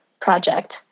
project